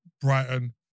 Brighton